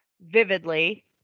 vividly